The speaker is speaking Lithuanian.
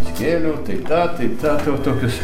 atsikėliau tai tą tai tą tai va tokius